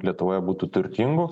lietuvoje būtų turtingų